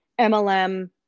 MLM